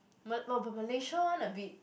ma~ m~ m~ Malaysia one a bit